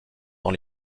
dans